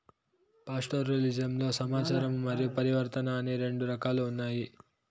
పాస్టోరలిజంలో సంచారము మరియు పరివర్తన అని రెండు రకాలు ఉన్నాయి